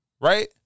Right